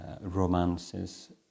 romances